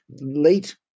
late